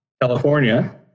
California